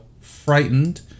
Frightened